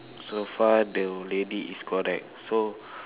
so far the lady is correct so